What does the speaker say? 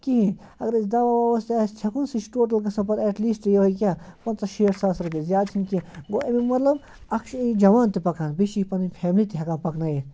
کِہیٖنۍ اَگر أسۍ دَوا وَواہَس تہِ آسہِ چھَکُن سُہ چھِ ٹوٹل گژھان پَتہٕ ایٹ لیٖسٹ یِہوٚے کیٛاہ پنٛژاہ شیٹھ ساس رۄپیہِ زیادٕ چھِنہٕ کینٛہہ گوٚو اَمیُک مطلب اَکھ چھِ یہِ جَوان تہِ پکان بیٚیہِ چھِ یہِ پَنٕنۍ فیملی تہِ ہٮ۪کان پَکنٲیِتھ